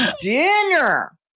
dinner